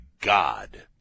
God